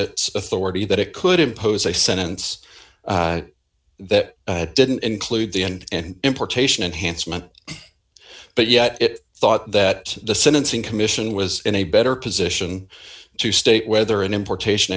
it authority that it could impose a sentence that didn't include the end importation and hence meant but yet it thought that the sentencing commission was in a better position to state whether an importation